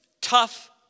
tough